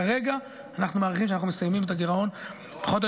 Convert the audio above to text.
כרגע אנחנו מעריכים שאנחנו מסיימים את הגירעון פחות או